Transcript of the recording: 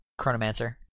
Chronomancer